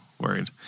worried